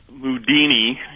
Mudini